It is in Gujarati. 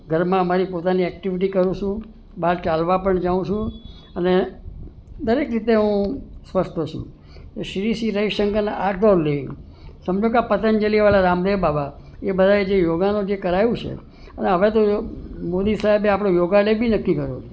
ઘરમાં મારી પોતાની એક્ટિવિટી કરું છું બહાર ચાલવા પણ જાઉં છું અને દરેક રીતે હું સ્વસ્થ છું હું શ્રી શ્રી રવિશંકરના આર્ટ ઓફ લિવિંગ સમજો કે આ પતંજલિવાળા રામદેવ બાબા એ બધાએ જે યોગાનું જે કરાયું છે અને હવે તો મોદીસાહેબે આપણો યોગા ડે બી નક્કી કર્યો છે